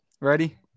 ready